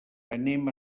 anem